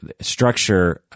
structure